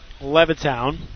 Levittown